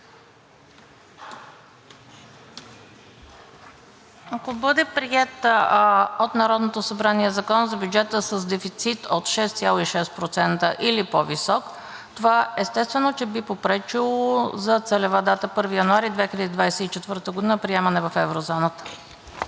Ако бъде приет от Народното събрание Закон за бюджета с дефицит от 6,6% или по-висок, това, естествено, че би попречило за целева дата 1 януари 2024 г. за приемане в еврозоната.